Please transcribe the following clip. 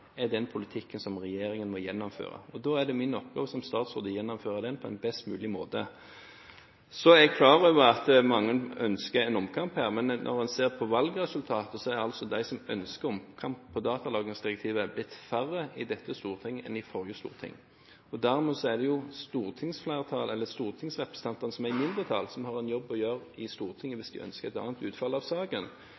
er den politikken som regjeringen må gjennomføre. Da er det min oppgave som statsråd å gjennomføre den på en best mulig måte. Jeg er klar over at mange ønsker en omkamp her, men når man ser på valgresultatet, er de som ønsker en omkamp om datalagringsdirektivet, blitt færre i dette storting enn i forrige storting. Dermed er det stortingsrepresentantene som er i mindretall, som har en jobb å gjøre i Stortinget